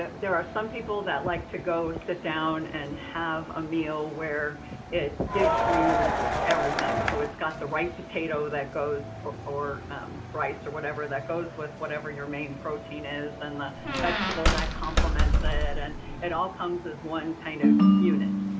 there are some people that like to go sit down and have a meal where it gives you everything. so it's got the right potato that goes, or or rice or whatever, that goes with whatever your main protein is and the vegetable that complements it and it all comes as one kind of unit.